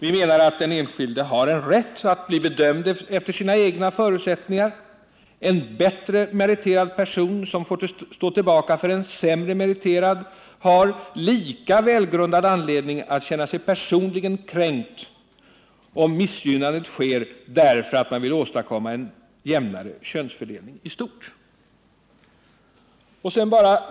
Vi menar att den enskilde har rätt att bli bedömd efter sina egna förutsättningar. En bättre meriterad person som får stå tillbaka för en sämre meriterad har lika välgrundad anledning att känna sig personligt kränkt om missgynnandet sker därför att man vill åstadkomma en jämnare könsfördelning i stort.